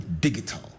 digital